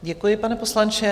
Děkuji, pane poslanče.